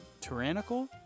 Tyrannical